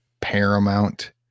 paramount